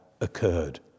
occurred